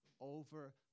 over